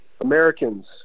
Americans